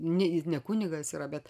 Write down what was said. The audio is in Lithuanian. ne ne kunigas yra bet